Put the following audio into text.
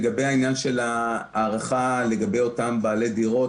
לגבי העניין של הארכה לגבי אותם בעלי דירות,